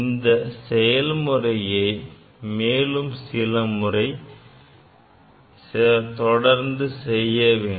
இந்த செயல்முறையை மேலும் சில முறை செய்ய வேண்டும்